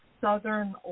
southern